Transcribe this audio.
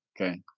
okay